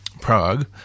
Prague